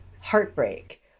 heartbreak